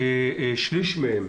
כשליש מהם,